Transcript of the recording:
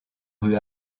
rue